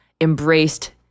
embraced